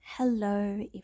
Hello